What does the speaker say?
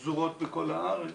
פזורות בכל הארץ,